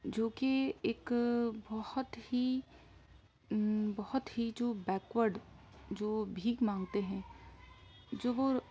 جوکہ ایک بہت ہی بہت ہی جو بیکورڈ جو بھیک مانگتے ہیں جو وہ